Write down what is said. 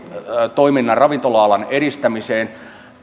toimintaan ravintola alan edistämiseen